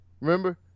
Remember